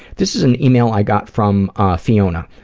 this is an email i got from ah fiona,